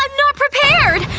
um not prepared!